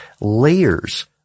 layers